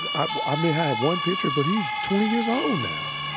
and i, um yeah i one picture, but he's twenty years old now.